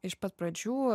iš pat pradžių